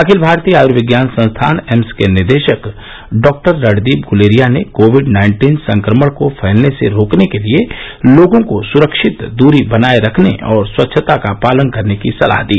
अखिल भारतीय आयुर्विज्ञान संस्थान एम्स के निदेशक डॉ रणदीप गुलेरिया ने कोविड नाइन्टीन संक्रमण को फैलने से रोकने के लिए लोगों को स्रक्षित दूरी बनाए रखने और स्वच्छता का पालन करने की सलाह दी